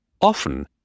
Often